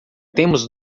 temos